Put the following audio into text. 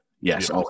Yes